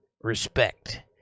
respect